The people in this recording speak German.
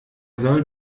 soll